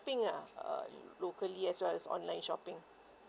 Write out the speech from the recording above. ping ah uh locally as well as online shopping